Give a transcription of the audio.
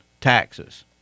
taxes